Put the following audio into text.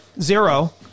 zero